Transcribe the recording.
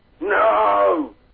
no